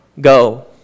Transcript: go